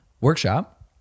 workshop